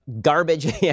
garbage